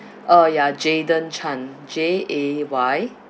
uh ya jayden chan J A Y